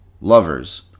lovers